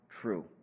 true